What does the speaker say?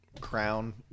crown